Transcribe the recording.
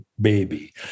baby